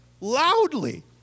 loudly